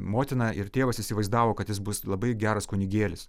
motina ir tėvas įsivaizdavo kad jis bus labai geras kunigėlis